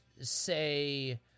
say